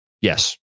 yes